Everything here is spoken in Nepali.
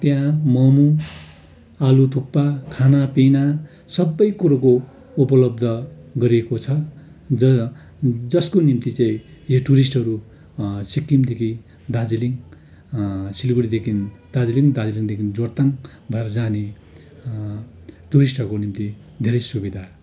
त्यहाँ मोमो आलु थुक्पा खानापिना सबै कुरोको उपलब्ध गरिएको छ ज जसको निम्ति चाहिँ यो टुरिस्टहरू सिक्किम दिल्ली दार्जिलिङ सिलगढीदेखि दार्जिलिङ दार्जिलिङदेखि जोरथाङ भएर जाने टुरिस्टहरूको निम्ति धेरै सुविधा